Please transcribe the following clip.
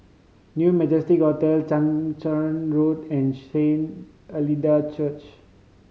New Majestic Hotel Chang Charn Road and Saint Hilda Church